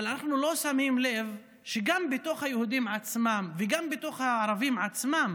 אבל אנחנו לא שמים לב שגם בקרב היהודים עצמם ובקרב הערבים עצמם